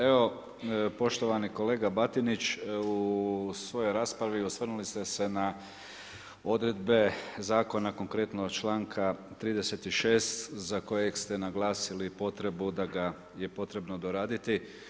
Evo poštovani kolega Batinić, u svojoj raspravi osvrnuli ste se na odredbe zakona, konkretno članka 36. za kojeg ste naglasili potrebu da ga je potrebno doraditi.